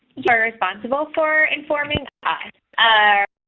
you're responsible for informing ah ah